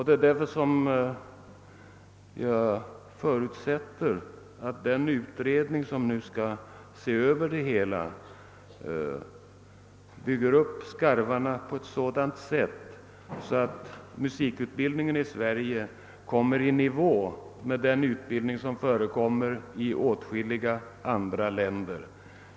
Därför förutsätter jag att den utredning som nu skall se över det hela ordnar skarvarna på sådant sätt att musikutbildningen i Sverige kommer i nivå med den utbildning som äger rum i andra länder.